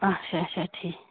اچھا اچھا ٹھیٖک